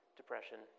depression